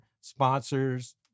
sponsors